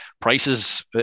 prices